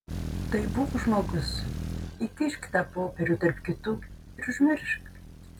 tai būk žmogus įkišk tą popierių tarp kitų ir užmiršk